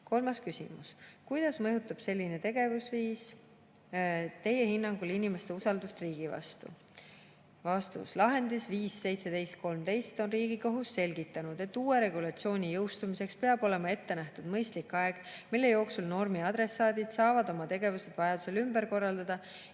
küsimus: "Kuidas mõjutab selline teguviis Teie hinnangul inimeste usaldust riigi vastu?" Vastus. Lahendis 5-17-13/10 on Riigikohus selgitanud: "[…] uue regulatsiooni jõustumiseks peab olema ette nähtud mõistlik aeg, mille jooksul normi adressaadid saavad oma tegevuse vajadusel ümber korraldada,